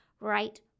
right